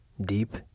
deep